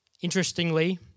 Interestingly